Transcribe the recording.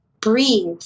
Breathe